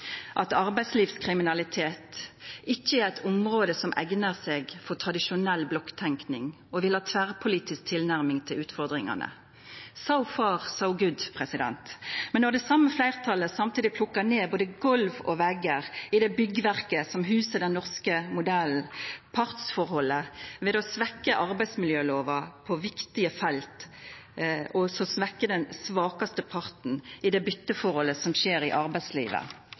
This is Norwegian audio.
at arbeidslivskriminalitet ikkje er eit område som eignar seg for tradisjonell blokktenking, og vil ha tverrpolitisk tilnærming til utfordringane – «so far so good». Men når det same fleirtalet samtidig plukkar ned både golv og veggar i det byggverket som husar den norske modellen – partsforholdet – ved å svekkja arbeidsmiljølova på viktige felt og å svekkja den svakaste parten i det bytteforholdet som skjer i arbeidslivet,